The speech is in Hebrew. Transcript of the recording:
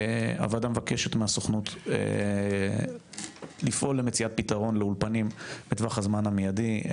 הוועדה מבקשת מהסוכנות לפעול למציאת פתרון לאולפנים בטווח הזמן המיידי,